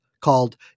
called